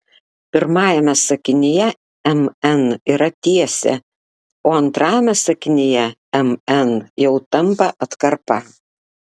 pirmajame sakinyje mn yra tiesė o antrajame sakinyje mn jau tampa atkarpa